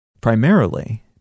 primarily